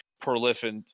Prolific